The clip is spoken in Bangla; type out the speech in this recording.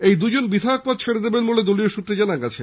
এই দু জন বিধায়ক পদ ছেড়ে দেবেন বলে দলীয় সূত্রে জানা গেছে